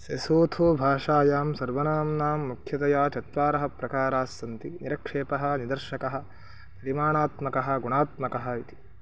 सेसोथोभाषायां सर्वनाम्नां मुख्यतया चत्वारः प्रकारास्सन्ति निरक्षेपः निदर्शकः परिमाणात्मकः गुणात्मकः इति